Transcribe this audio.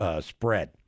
spread